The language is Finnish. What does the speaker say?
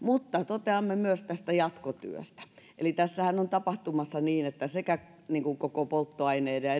kuljettava toteamme myös jatkotyöstä eli tässähän on tapahtumassa niin että sekä koko polttoaine ja